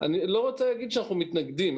אני לא רוצה לומר שאנחנו מתנגדים.